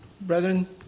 Brethren